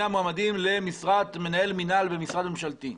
מועמדים למשרת מנהל מינהל במשרד ממשלתי.